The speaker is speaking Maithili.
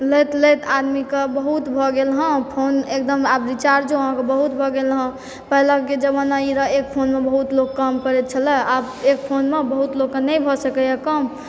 लैत लैत आदमीके बहुत भऽ गेल हँ फोन एकदम आब रीचार्जो अहाँकेँ बहुत भऽ गेल हँ पहिलेके जमाना ई रहऽ एक फोनमे बहुत लोग काम करैत छलय आब एक फोनमे बहुत लोगके नहि भऽ सकयए काम